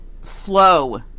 flow